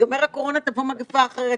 תיגמר הקורונה תבוא מגפה אחרת,